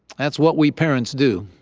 that's what we parents do.